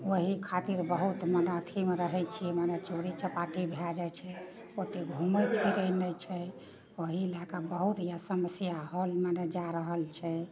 ओहि खातिर बहुत मने अथीमे रहै छियै मने चोरी चपाटी भए जाइ छै ओते घुमै फिरै नहि छै ओहिमे तऽ बहुत बड़ा समस्या हौल बनल जा रहल छै